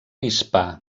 hispà